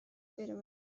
pyramids